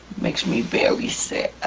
makes me very sad.